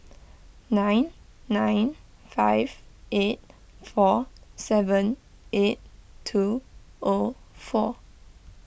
nine nine five eight four seven eight two O four